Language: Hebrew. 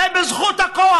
זה בזכות הכוח.